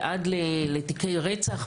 ועד לתיקי רצח,